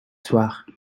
soir